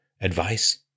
advice